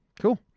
Cool